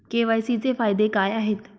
KYC चे फायदे काय आहेत?